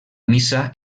missa